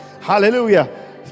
hallelujah